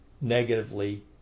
negatively